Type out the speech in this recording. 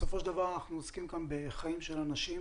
בסופו של דבר אנחנו עוסקים כאן בחיים של אנשים